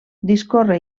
discorre